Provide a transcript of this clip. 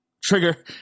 Trigger